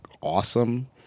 awesome